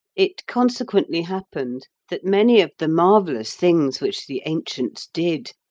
it consequently happened that many of the marvellous things which the ancients did,